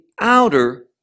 outer